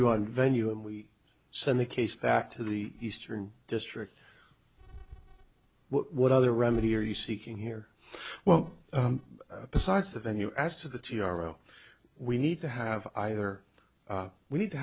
you on venue and we send the case back to the eastern district what other remedy are you seeking here well besides the venue as to the t r o we need to have either we need to